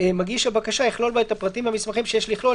מגיש הבקשה יכלול בה את הפרטים והמסמכים שיש לכלול,